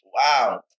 Wow